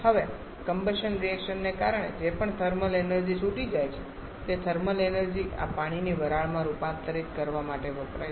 હવે કમ્બશન રિએક્શનને કારણે જે પણ થર્મલ એનર્જી છૂટી જાય છે તે થર્મલ એનર્જી આ પાણીને વરાળમાં રૂપાંતરિત કરવા માટે વપરાય છે